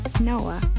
Noah